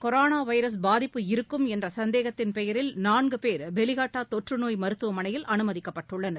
coronavirus பாதிப்பு இருக்கும் என்றசந்தேகத்தின் பெயரில் நான்குபேர் பெலியாகட்டாதொற்றுநோய் மருத்துவமனையில் அனுமதிக்கப்பட்டுள்ளனர்